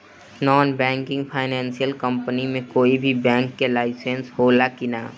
Non banking financial company मे कोई भी बैंक के लाइसेन्स हो ला कि ना?